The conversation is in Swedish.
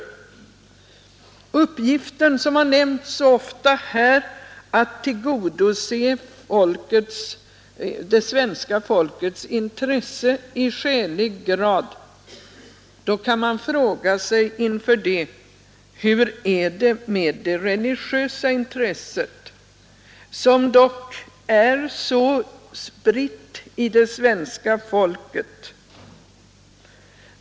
Med anledning av att här så ofta har nämnts uppgiften att tillgodose det svenska folkets intressen i skälig grad kan man fråga sig: Hur sker det med det religiösa intresset, som dock är så spritt i det svenska folket?